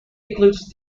includes